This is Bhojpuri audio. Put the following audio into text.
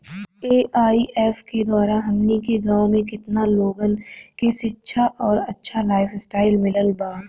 ए.आई.ऐफ के द्वारा हमनी के गांव में केतना लोगन के शिक्षा और अच्छा लाइफस्टाइल मिलल बा